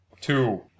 Two